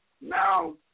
Now